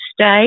stay